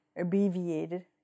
abbreviated